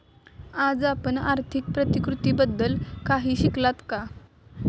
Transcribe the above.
आज आपण आर्थिक प्रतिकृतीबद्दल काही शिकलात का?